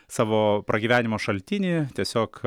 savo pragyvenimo šaltinį tiesiog